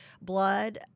blood